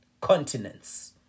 continents